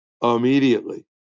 immediately